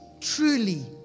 Truly